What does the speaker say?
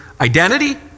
identity